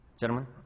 gentlemen